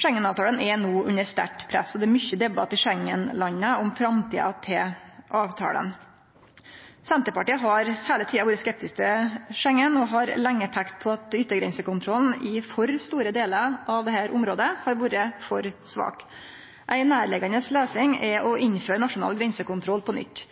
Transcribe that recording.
Schengen-avtalen er no under sterkt press, og det er mykje debatt i Schengen-landa om framtida til avtalen. Senterpartiet har heile tida vore skeptisk til Schengen, og har lenge peikt på at yttergrensekontrollen i for store delar av dette området har vore for svak. Ei nærliggjande løysing er å innføre nasjonal grensekontroll på nytt.